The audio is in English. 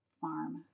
farm